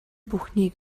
бүхнийг